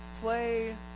play